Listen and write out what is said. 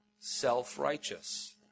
self-righteous